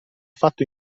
fatto